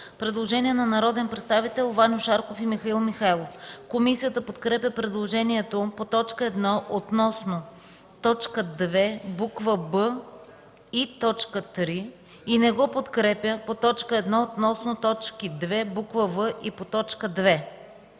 Предложение от народните представители Ваньо Шарков и Михаил Михайлов. Комисията подкрепя предложението по т. 1 относно т. 2, буква „б” и т. 3 и не го подкрепя по т. 1 относно точка 2, буква „в”, и по т. 2.